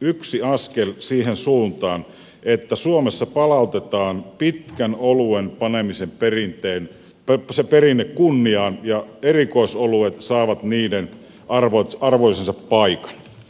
yksi askel siihen suuntaan että suomessa palautetaan oluen panemisen pitkä perinne kunniaan ja erikoisoluet saavat arvoisensa paikka a